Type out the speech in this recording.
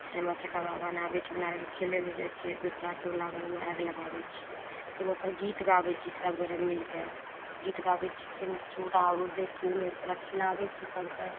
सामा चकेबा बनाबै छै हमरा आओरके खेलै ले जाइ छिए वृन्दा चुगला दुनूमे आगि लगाबै छिए फेर ओकर गीत गाबै छिए सभगोरे मिलिके गीत गाबै छिए फेर चूड़ा आओर आओर दै छिए ओहिमे ओकरा खिलाबै छिए सभकेँ